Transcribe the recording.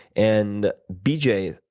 and b. j.